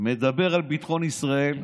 מדבר על ביטחון ישראל,